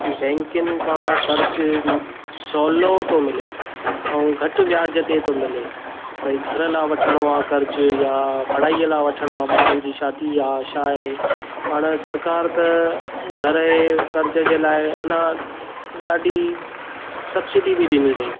बैंकिन मां कर्ज़ु सवलो थो मिले ऐं घटि व्याजु ते थो मिले भई घरु लाइ वठणो आहे कर्ज़ु या पढ़ाई लाइ वठणो आहे ॿारनि जी शादी आहे छा ही पाण सरकार त घरु ऐं कर्ज़ु जे लाइ अञां ॾाढी सब्सिडी बि ॾिनी अथई